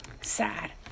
Sad